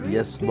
Yes